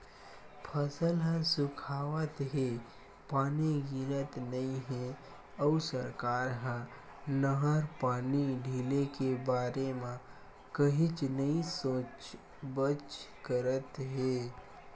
फसल ह सुखावत हे, पानी गिरत नइ हे अउ सरकार ह नहर पानी ढिले के बारे म कहीच नइ सोचबच करत हे